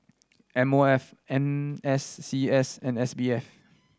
M O F N S C S and S B F